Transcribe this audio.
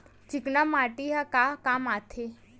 चिकना माटी ह का काम आथे?